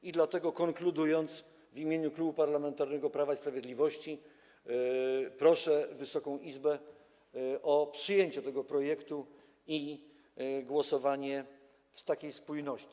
I dlatego, konkludując, w imieniu Klubu Parlamentarnego Prawo i Sprawiedliwość proszę Wysoką Izbę o przyjęcie tego projektu i głosowanie takie spójne.